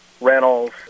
rentals